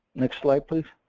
next slide please.